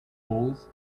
poles